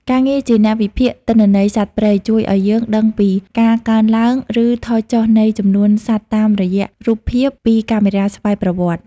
ការងារជាអ្នកវិភាគទិន្នន័យសត្វព្រៃ ជួយឱ្យយើងដឹងពីការកើនឡើង ឬថយចុះនៃចំនួនសត្វតាមរយៈរូបភាពពីកាមេរ៉ាស្វ័យប្រវត្តិ។